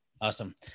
Awesome